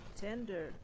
tender